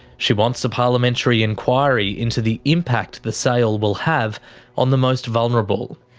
she wants a parliamentary inquiry into the impact the sale will have on the most vulnerable.